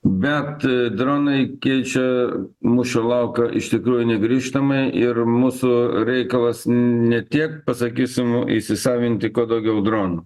bet dronai keičia mūšio lauką iš tikrųjų negrįžtamai ir mūsų reikalas ne tiek pasakysim įsisavinti kuo daugiau dronų